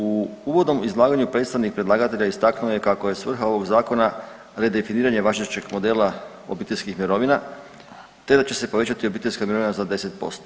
U uvodnom izlaganju predstavnik predlagatelja istaknuo je kako je svrha ovog zakona redefiniranje važećeg modela obiteljskih mirovina te da će se povećati obiteljska mirovina za 10%